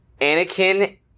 Anakin